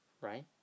Right